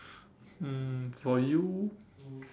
um for you